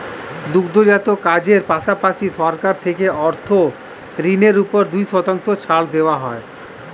দুগ্ধজাত কাজের পাশাপাশি, সরকার থেকে অর্থ ঋণের উপর দুই শতাংশ ছাড় দেওয়া হয়